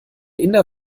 inder